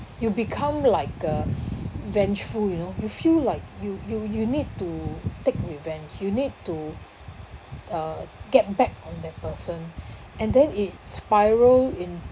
you become like uh vengeful you know you feel like you you you need to take revenge you need to uh get back on that person and then it spiral into